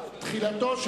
הצעה טובה.